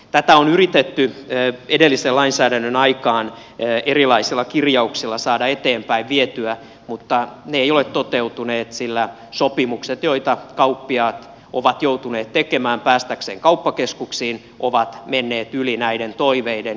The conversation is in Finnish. tätä on yritetty edellisen lainsäädännön aikaan erilaisilla kirjauksilla saada eteenpäin vietyä mutta ne eivät ole toteutuneet sillä sopimukset joita kauppiaat ovat joutuneet tekemään päästäkseen kauppakeskuksiin ovat menneet yli näiden toiveiden